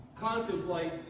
contemplate